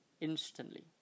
instantly